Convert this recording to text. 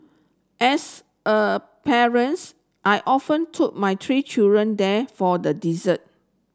as a parents I often took my three children there for the dessert